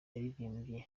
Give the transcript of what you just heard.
yaririmbye